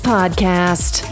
Podcast